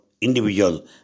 individual